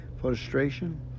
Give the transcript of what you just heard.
frustration